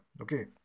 Okay